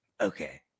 Okay